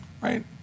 Right